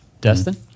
Destin